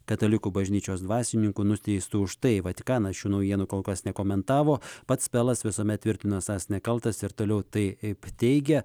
katalikų bažnyčios dvasininku nuteistų už tai vatikanas šių naujienų kol kas nekomentavo pats pelas visuomet tvirtino esąs nekaltas ir toliau taip teigia